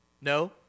No